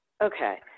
okay